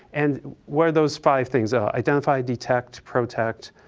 and what are those five things? identify, detect, protect,